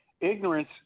ignorance